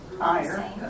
Higher